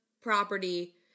property